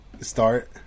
start